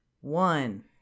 One